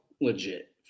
legit